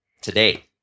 today